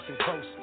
close